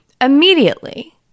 immediately